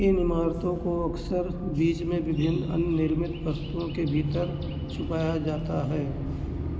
इन इमारतों को अक्सर बीच में विभिन्न अन्य निर्मित वस्तुओं के भीतर छुपाया जाता है